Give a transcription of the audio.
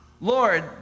Lord